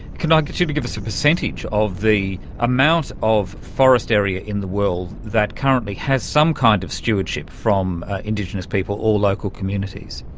could i get you to give us a percentage of the amount of forest area in the world that currently has some kind of stewardship from indigenous people or local communities?